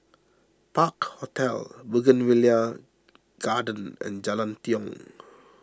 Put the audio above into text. Park Hotel Bougainvillea Garden and Jalan Tiong